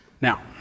Now